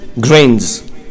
grains